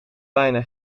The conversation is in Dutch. bijna